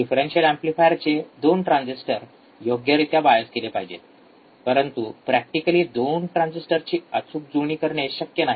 differential एम्पलीफायरचे २ transistor योग्यरीत्या bias केले पाहिजेत परंतु प्रॅक्टिकली २ ट्रांजिस्टरची अचूक जुळणी करणे शक्य नाही